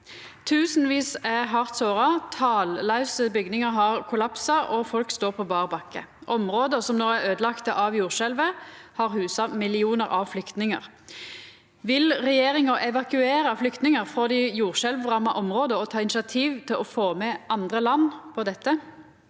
Tusenvis er hardt såra, tallause bygningar har kollapsa, og folk står på berr bakke. Områda som nå er øydelagde av jordskjelvet, har husa millionar av flyktningar. Vil regjeringa evakuera flyktningar frå dei jordskjelvramma områda og ta initiativ til å få med andre land på dette?»